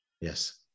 yes